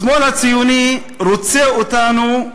השמאל הציוני רוצה אותנו,